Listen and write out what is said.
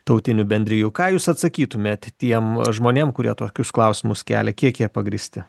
tautinių bendrijų ką jūs atsakytumėt tiem žmonėm kurie tokius klausimus kelia kiek jie pagrįsti